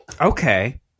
Okay